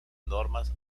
normas